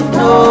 no